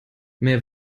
mehr